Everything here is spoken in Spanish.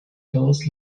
todos